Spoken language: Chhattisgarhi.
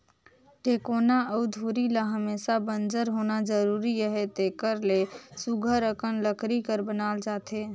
टेकोना अउ धूरी ल हमेसा बंजर होना जरूरी अहे तेकर ले सुग्घर अकन लकरी कर बनाल जाथे